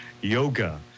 yoga